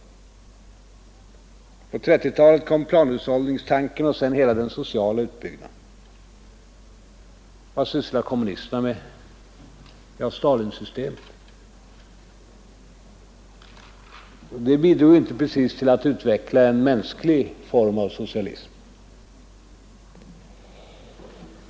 På 1930-talet kom tanken om planhushållning, och sedan kom hela den sociala utbyggnaden. Vad sysslade kommunisterna med? Jo, Stalinsystemet. Det bidrog inte precis till att utveckla en mänsklig form av socialism.